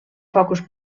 focus